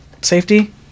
safety